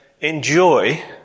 enjoy